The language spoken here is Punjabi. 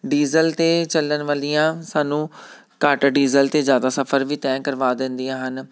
ਡੀਜ਼ਲ 'ਤੇ ਚੱਲਣ ਵਾਲੀਆਂ ਸਾਨੂੰ ਘੱਟ ਡੀਜ਼ਲ 'ਤੇ ਜ਼ਿਆਦਾ ਸਫਰ ਵੀ ਤੈਅ ਕਰਵਾ ਦਿੰਦੀਆਂ ਹਨ